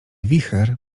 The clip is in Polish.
wicher